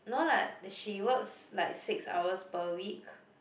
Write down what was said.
no lah that she works like six hours per week